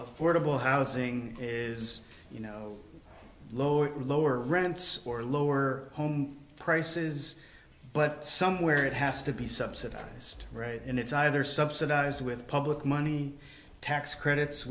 affordable housing is you know lower lower rents or lower home prices but somewhere it has to be subsidized right and it's either subsidized with public money tax credits